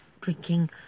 drinking